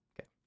okay